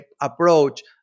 approach